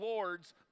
Lord's